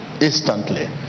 Instantly